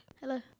Hello